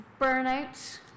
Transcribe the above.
burnout